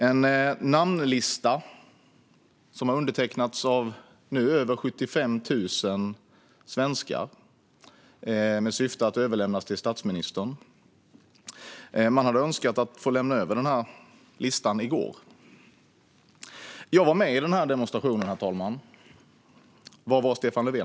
En namnlista har nu undertecknats av över 75 000 svenskar. Syftet är att den ska överlämnas till statsministern. Man hade önskat att få lämna över listan i går. Herr talman! Jag var med i demonstrationen. Var var Stefan Löfven?